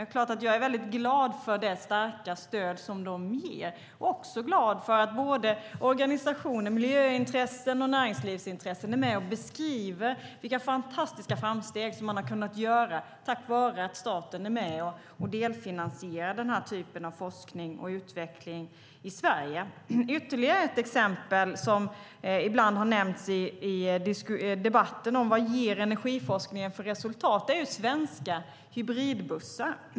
Det är klart att jag är väldigt glad för det starka stöd som de ger och också glad för att organisationer, miljöintressen och näringslivsintressen är med och beskriver vilka fantastiska framsteg som man har kunnat göra tack vare att staten är med och delfinansierar den här typen av forskning och utveckling i Sverige. Ytterligare ett exempel som ibland har nämnts i debatten om vad energiforskningen ger för resultat är svenska hybridbussar.